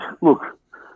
Look